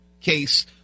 case